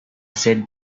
sit